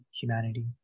humanity